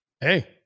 Hey